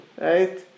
Right